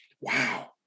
Wow